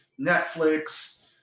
Netflix